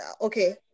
okay